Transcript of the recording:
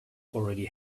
already